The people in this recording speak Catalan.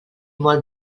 molt